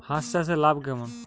হাঁস চাষে লাভ কেমন?